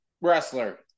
wrestler